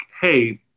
Hey